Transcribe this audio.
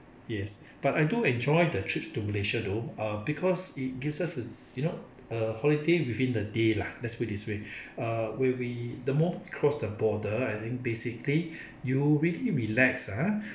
yes but I do enjoy the trip to malaysia though uh because it gives us a you know a holiday within the day lah let's put it this way uh where we the moment we cross the border I think basically you really relax ah